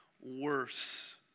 worse